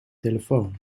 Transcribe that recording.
telefoon